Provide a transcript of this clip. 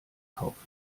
kaufen